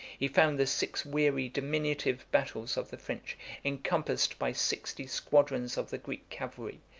he found the six weary diminutive battles of the french encompassed by sixty squadrons of the greek cavalry,